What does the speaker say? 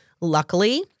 Luckily